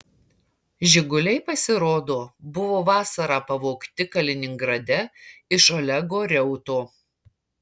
žiguliai pasirodo buvo vasarą pavogti kaliningrade iš olego reuto